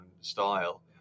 style